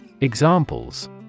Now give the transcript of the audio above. Examples